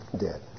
dead